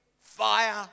fire